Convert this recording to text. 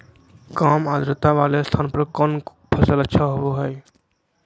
काम आद्रता वाले स्थान पर कौन फसल अच्छा होबो हाई?